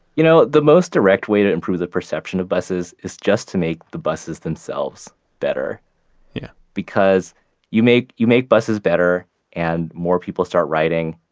you know the most direct way to improve the perception of buses is just to make the buses themselves better yeah because you make you make buses better and more people start riding.